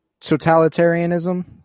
totalitarianism